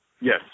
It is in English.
Yes